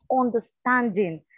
understanding